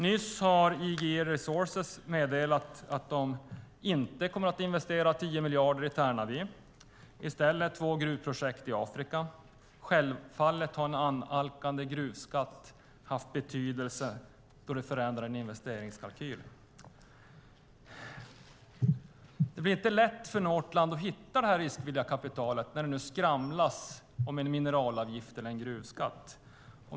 Nyss har IGE Resources meddelat att de inte kommer att investera 10 miljarder i Tärnaby utan i stället investera i två gruvprojekt i Afrika. Självfallet har en annalkande gruvskatt haft betydelse, då det förändrar en investeringskalkyl. Det blir inte lätt för Northland att hitta det riskvilliga kapitalet när det nu skramlar av en mineralavgift eller en gruvskatt.